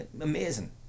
Amazing